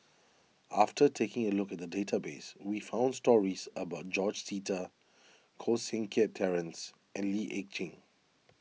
after taking a look at the database we found stories about George Sita Koh Seng Kiat Terence and Lee Ek Tieng